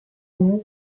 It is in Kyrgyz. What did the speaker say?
менен